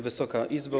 Wysoka Izbo!